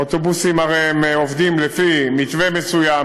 האוטובוסים הרי עובדים לפי מתווה מסוים,